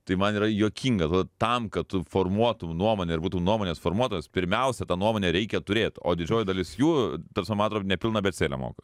tai man yra juokinga todėl tam kad formuotum nuomonę ir būtum nuomonės formuotojas pirmiausia tą nuomonę reikia turėt o didžioji dalis jų ta prasme man atrodo nepilną abėcėlę moka